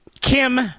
Kim